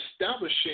establishing